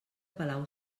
palau